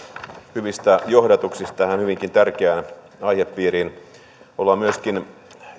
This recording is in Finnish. hyvistä johdatuksista tähän hyvinkin tärkeään aihepiiriin haluan myöskin